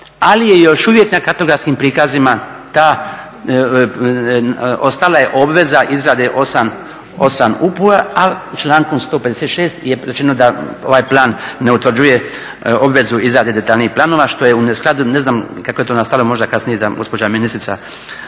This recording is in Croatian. ali je još uvijek na kartografskim prikazima ta, ostala je obveza izrade 8 …, a člankom 156. je rečeno da ovaj plan ne utvrđuje obvezu izrade detaljnijih planova što je u neskladu, ne znam kako je to nastalo, možda kasnije nam gospođa ministrica